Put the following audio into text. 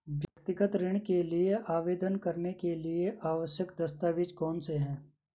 व्यक्तिगत ऋण के लिए आवेदन करने के लिए आवश्यक दस्तावेज़ कौनसे हैं?